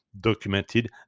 documented